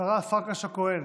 השרה פרקש הכהן,